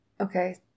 okay